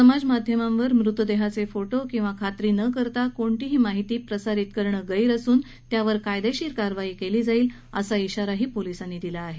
समाज माध्यमांवर मृतदेहाचे फोटो किंवा खात्री न करता कुठलीही माहिती प्रसारित करणं गैर असून त्यावर कायदेशीर कारवाई केली जाईल असा इशाराही पोलिसांनी दिला आहे